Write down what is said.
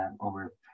over